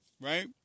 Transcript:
right